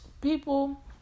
people